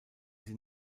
sie